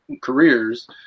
careers